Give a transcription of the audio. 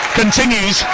continues